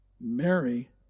Mary